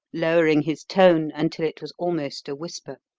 lowering his tone until it was almost a whisper,